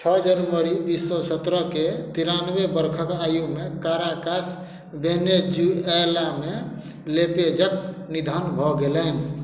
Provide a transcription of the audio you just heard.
छओ जनवरी बीस सए सत्रहके तिरानबे बरखक आयुमे काराकास वेनेजुएलामे लेपेजक निधन भऽ गेलनि